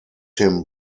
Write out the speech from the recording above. him